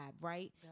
right